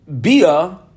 bia